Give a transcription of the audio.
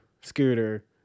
scooter